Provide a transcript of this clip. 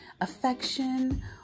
affection